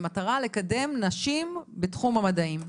במטרה לקדם נשים בתחום המדעים.